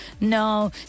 No